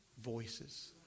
voices